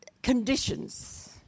conditions